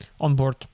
onboard